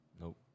nope